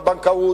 בבנקאות,